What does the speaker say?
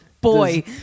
Boy